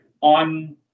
on